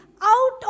out